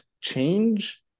change